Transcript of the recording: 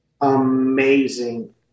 amazing